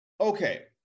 Okay